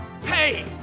Hey